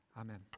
Amen